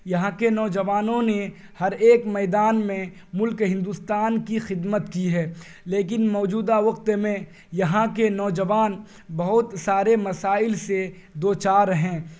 یہاں کے نوجوانوں نے ہر ایک میدان میں ملک ہندوستان کی خدمت کی ہے لیکن موجودہ وقت میں یہاں کے نوجوان بہت سارے مسائل سے دو چار ہیں